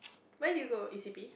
where did you go e_c_p